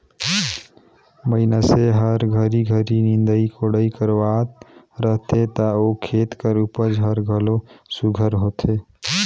मइनसे हर घरी घरी निंदई कोड़ई करवात रहथे ता ओ खेत कर उपज हर घलो सुग्घर होथे